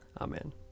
Amen